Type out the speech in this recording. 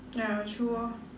ya true orh